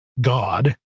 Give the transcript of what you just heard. God